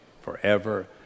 forever